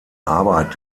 arbeit